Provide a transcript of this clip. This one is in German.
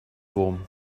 wurm